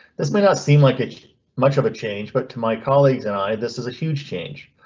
this may not seem like much of a change, but to my colleagues and i this is a huge change.